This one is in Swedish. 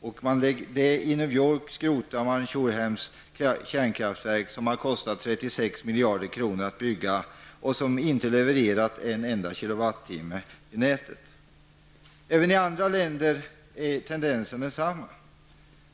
I New York skrotar man Shorehams kärnkraftverk, som har kostat 36 miljarder kronor att bygga och som inte levererat en enda kilowattimme till nätet. Även i andra länder är tendensen densamma.